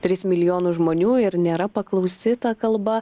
tris milijonus žmonių ir nėra paklausi ta kalba